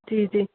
जी जी